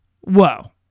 whoa